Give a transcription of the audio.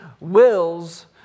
wills